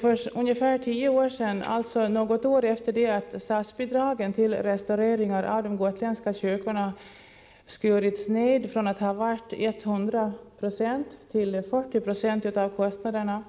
För ungefär tio år sedan, alltså något år efter det att statsbidragen till restaureringar av de gotländska kyrkorna skurits ned från 100 90 till 40 20 av kostnaderna,